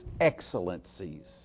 excellencies